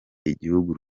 igihugu